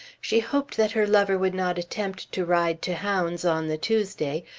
she hoped that her lover would not attempt to ride to hounds on the tuesday,